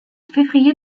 février